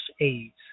AIDS